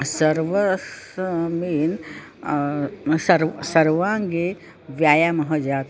सर्वं मीन् सर्व् सर्वाङ्गे व्यायामः जातः